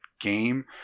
game